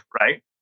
right